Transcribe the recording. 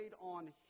on